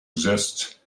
exists